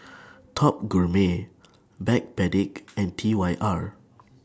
Top Gourmet Backpedic and T Y R